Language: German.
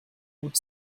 gut